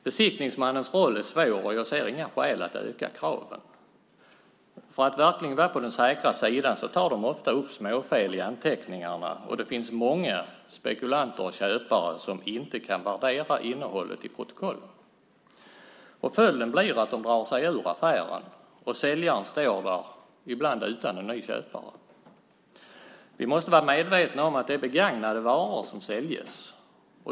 Besiktningsmannens roll är svår, och jag ser inga skäl att öka kraven. För att verkligen vara på den säkra sidan tar de ofta upp småfel i anteckningarna, och det finns många spekulanter och köpare som inte kan värdera innehållet i protokollen. Följden blir att de drar sig ur affären, och säljaren står där, ibland utan någon ny köpare. Vi måste vara medvetna om att det är begagnade varor som säljs.